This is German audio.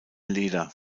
leder